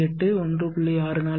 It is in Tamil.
628 1